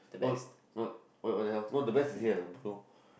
what what what what the hell no the best is yet lah bro